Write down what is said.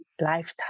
lifetime